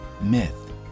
myth